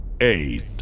eight